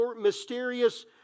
mysterious